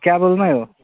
क्याबलमै हो